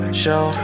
show